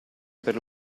per